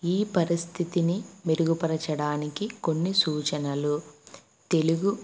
ఈ పరిస్థితిని మెరుగుపరచడానికి కొన్ని సూచనలు తెలుగు